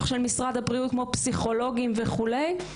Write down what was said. של משרד הבריאות כמו פסיכולוגים וכולי,